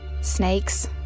Snakes